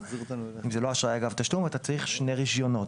אם זה לא אשראי אגב תשלום אתה צריך שני רישיונות.